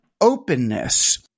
openness